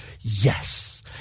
yes